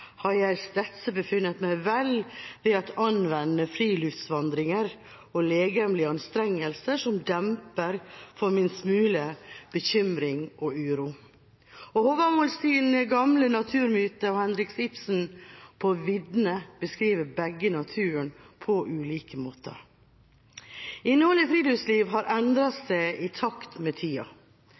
har jeg stedse befundet mig vel at anvende Friluftsvandringer og legemlig Anstrængelse som Dæmper for min Smule Bekymring og Uro.» Og Håvamåls gamle naturmyte og Henrik Ibsens «På Vidderne» beskriver begge naturen på ulike måter. Innholdet i friluftsliv har endret seg i takt med tida,